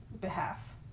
behalf